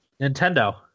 ...Nintendo